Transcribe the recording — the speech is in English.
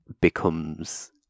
becomes